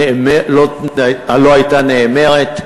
הייתה נאמרת.